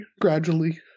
gradually